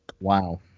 Wow